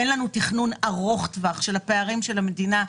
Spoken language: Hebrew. אין לנו תכנון ארוך טווח מבחינת הפערים של המדינה,